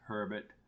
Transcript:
Herbert